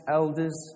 elders